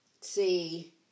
See